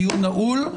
הדיון נעול.